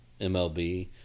MLB